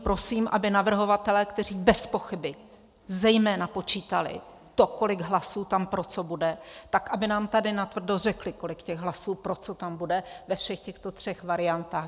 Prosím, aby navrhovatelé, kteří bezpochyby zejména počítali to, kolik hlasů tam pro co bude, nám tady natvrdo řekli, kolik těch hlasů pro co tam bude ve všech těchto třech variantách.